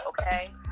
okay